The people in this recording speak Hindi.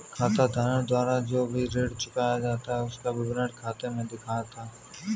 खाताधारक द्वारा जो भी ऋण चुकाया जाता है उसका विवरण खाते में दिखता है